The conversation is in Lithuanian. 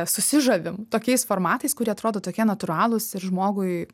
susižavim tokiais formatais kurie atrodo tokie natūralūs ir žmogui